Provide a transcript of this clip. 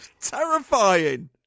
terrifying